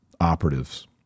operatives